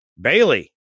Bailey